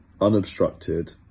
unobstructed